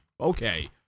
Okay